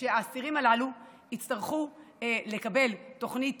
שהאסירים הללו יצטרכו לקבל תוכנית